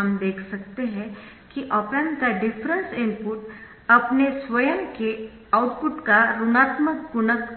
हम देख सकते है कि ऑप एम्प का डिफरेंस इनपुट अपने स्वयं के आउटपुट का ऋणात्मक गुणक